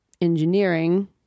engineering